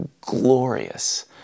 glorious